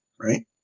right